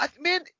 man